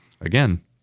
Again